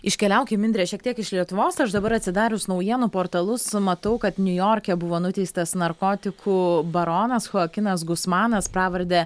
iškeliaukim indre šiek tiek iš lietuvos aš dabar atsidarius naujienų portalus matau kad niujorke buvo nuteistas narkotikų baronas choakinas guzmanas pravarde